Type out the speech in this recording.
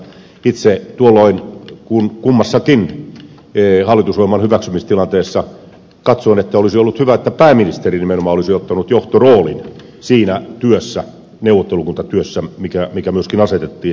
itse tuolloin kummassakin hallitusohjelman hyväksymistilanteessa katsoin että olisi ollut hyvä että pääministeri nimenomaan olisi ottanut johtoroolin siinä neuvottelukuntatyössä mikä myöskin asetettiin